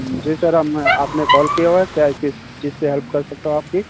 जी sir अब मैं आपने कॉल किया हुआ है क्या किस चीज से हेल्प कर सकता हूँ आपकी